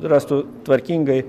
rastų tvarkingai